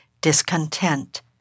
Discontent